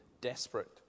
desperate